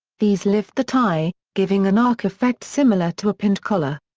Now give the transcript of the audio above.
these lift the tie, giving an arc effect similar to a pinned collar.